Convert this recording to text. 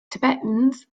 tibetans